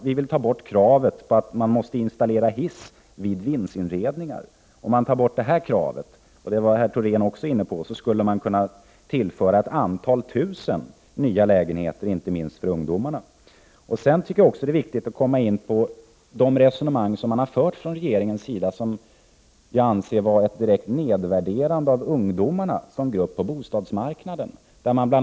Vi vill ta bort kravet på att man måste installera hiss vid vindsinredningar. Rune Thorén tog också upp detta. Om man slopade det kravet, skulle man kunna tillföra några tusen nya smålägenheter, inte minst för ungdomar. 3. Vi vill komma åt de resonemang som har förts från regeringens sida och som vi anser vara ett direkt nedvärderande av ungdomarna som grupp på bostadsmarknaden.